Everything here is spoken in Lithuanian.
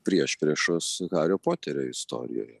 priešpriešos hario poterio istorijoje